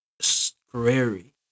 scary